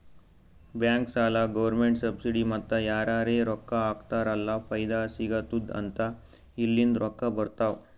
bank, ಸಾಲ, government subsidy ಮತ್ತ ಯಾರರೇ ರೊಕ್ಕಾ ಹಾಕ್ತಾರ್ ಅಲ್ಲ ಫೈದಾ ಸಿಗತ್ತುದ್ ಅಂತ ಇಲ್ಲಿಂದ್ ರೊಕ್ಕಾ ಬರ್ತಾವ್